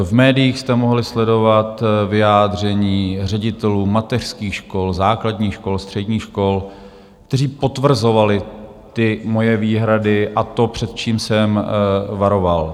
V médiích jste mohli sledovat vyjádření ředitelů mateřských škol, základních škol, středních škol, kteří potvrzovali moje výhrady, a to, před čím jsem varoval.